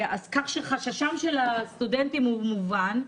כך שחששם של הסטודנטים מובן.